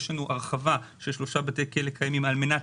יש לנו הרחבה של שלושה בתי כלא קיימים על מנת